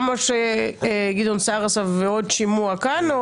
גם מה שגדעון סער עשה ועוד שימוע כאן?